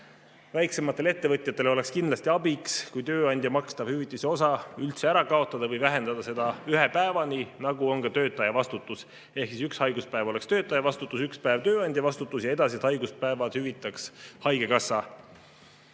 Väiksematele ettevõtjatele oleks kindlasti abiks, kui tööandja makstav hüvitise osa üldse ära kaotada või vähendada seda ühe päevani, nagu on ka töötaja vastutus, ehk siis üks haiguspäev oleks töötaja vastutus, üks päev tööandja vastutus ja edasised haiguspäevad hüvitaks haigekassa.